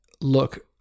look